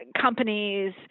companies